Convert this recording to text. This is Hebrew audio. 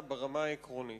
בשאילתא, ברמה העקרונית.